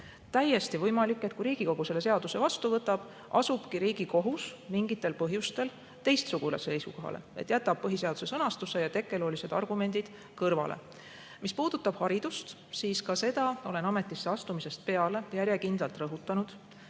Täiesti võimalik, et kui Riigikogu selle seaduse vastu võtab, asubki Riigikohus mingitel põhjustel teistsugusele seisukohale, jätab põhiseaduse sõnastuse ja tekkeloolised argumendid kõrvale. Mis puudutab haridust, siis ka seda olen ametisse astumisest peale järjekindlalt rõhutanud,